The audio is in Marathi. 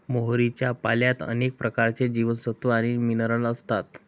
मोहरीच्या पाल्यात अनेक प्रकारचे जीवनसत्व आणि मिनरल असतात